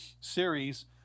series